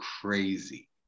crazy